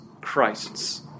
Christ's